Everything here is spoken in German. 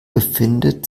befindet